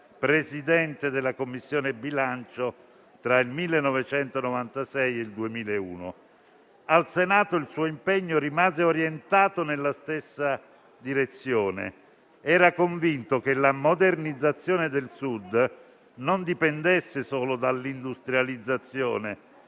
Presidente della Commissione bilancio tra il 1996 e il 2001. Al Senato il suo impegno rimase orientato nella stessa direzione: era convinto che la modernizzazione del Sud non dipendesse solo dall'industrializzazione,